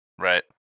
Right